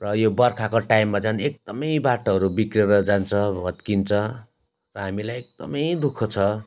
र यो बर्खाको टाइममा झन् एकदमै बाटोहरू बिग्रेर जान्छ भत्किन्छ र हामीलाई एकदमै दुःख छ